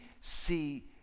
see